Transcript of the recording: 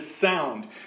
sound